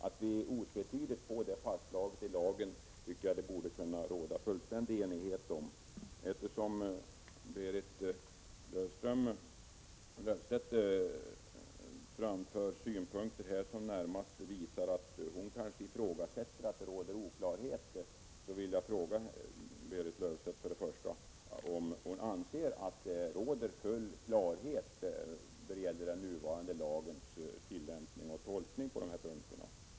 Att otvetydigt få det fastslaget i lagen tycker jag att vi borde vara fullständigt eniga om att vilja. Berit Löfstedt framför här synpunkter som väl närmast visar att hon ifrågasätter talet om att det råder oklarheter. Därför vill jag fråga: 1. Anser Berit Löfstedt att det råder full klarhet då det gäller den nuvarande lagens tillämpning och tolkning på dessa punkter?